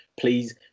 please